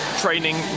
training